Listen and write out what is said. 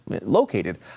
located